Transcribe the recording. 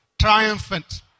triumphant